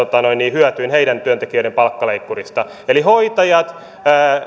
hyötyyn heidän työntekijöidensä palkkaleikkurista eli hoitajat